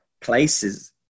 places